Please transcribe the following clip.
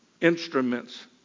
instruments